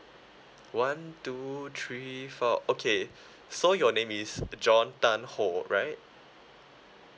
one two three four okay so your name is john tan ho right